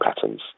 patterns